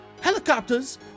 helicopters